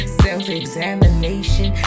self-examination